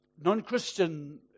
non-Christian